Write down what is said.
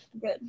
good